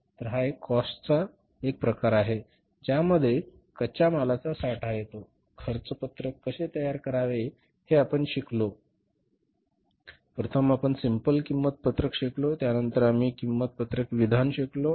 तर हा कॉस्ट चा एक प्रकार आहे ज्यामध्ये कच्च्या मालाचा साठा येतो खर्च पत्रक कसे तयार करावे हे आपण शिकलो प्रथम आपण सिम्पल किंमत पत्रक शिकलो त्यानंतर आम्ही किंमत पत्रक किंवा विधान शिकलो